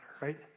right